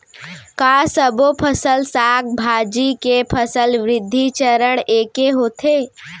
का सबो फसल, साग भाजी के फसल वृद्धि चरण ऐके होथे?